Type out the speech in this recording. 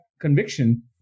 conviction